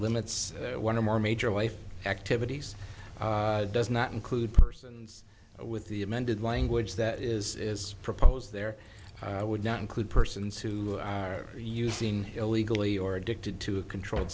limits one or more major life activities does not include persons with the amended language that is proposed there would not include persons who are using illegally or addicted to a controlled